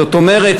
זאת אומרת,